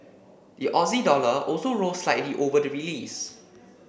the Aussie dollar also rose slightly over the release